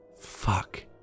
Fuck